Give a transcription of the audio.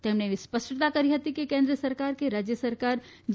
તેમણે એવી સ્પષ્ટતા કરી હતી કે કેન્દ્ર સરકાર કે રાજ્ય સરકાર જી